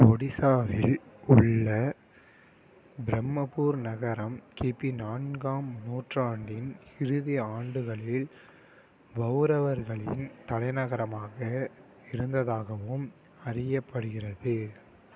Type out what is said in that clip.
ஒடிசாவில் உள்ள பிரம்மபூர் நகரம் கிபி நான்காம் நூற்றாண்டின் இறுதி ஆண்டுகளில் பவுரவர்களின் தலைநகரமாக இருந்ததாகவும் அறியப்படுகிறது